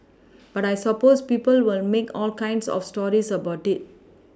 but I suppose people will make all kinds of stories about it